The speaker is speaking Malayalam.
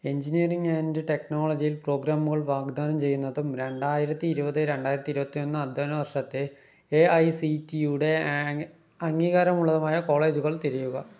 എഞ്ചിനീയറിംഗ് ആൻഡ് ടെക്നോളജിയിൽ പ്രോഗ്രാമുകൾ വാഗ്ദാനം ചെയ്യുന്നതും രണ്ടായിരത്തി ഇരുപത് രണ്ടായിരത്തി ഇരുപത്തിയൊന്ന് അധ്യയന വർഷത്തെ എ ഐ സി ടിയുടെ അംഗീകാരമുള്ളതുമായ കോളേജുകൾ തിരയുക